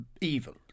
evil